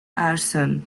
arson